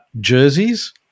jerseys